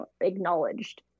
acknowledged